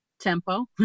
Tempo